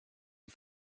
was